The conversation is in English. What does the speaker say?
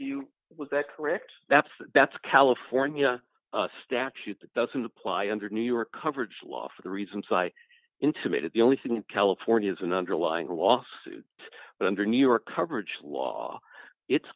you was that correct that's that's california statute doesn't apply under new york coverage law for the reasons i intimated the only thing in california is an underlying lawsuit but under new york coverage law it